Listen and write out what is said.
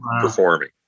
performing